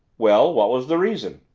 well, what was the reason?